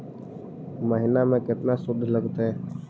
महिना में केतना शुद्ध लगतै?